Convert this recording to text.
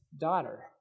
daughter